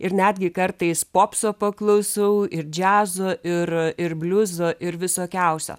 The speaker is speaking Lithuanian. ir netgi kartais popso paklausau ir džiazo ir ir bliuzo ir visokiausio